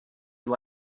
you